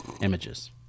images